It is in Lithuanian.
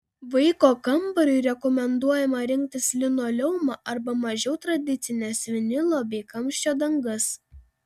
vaiko kambariui rekomenduojama rinktis linoleumą arba mažiau tradicines vinilo bei kamščio dangas